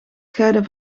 scheiden